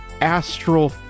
astral